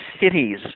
cities